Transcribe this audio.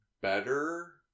better